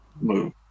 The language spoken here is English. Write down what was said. move